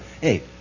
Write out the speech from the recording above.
hey